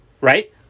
right